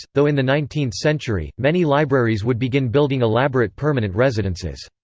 though in the nineteenth century, many libraries would begin building elaborate permanent residences.